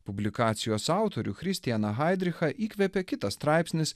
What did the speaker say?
publikacijos autorių christianą haidrichą įkvėpė kitas straipsnis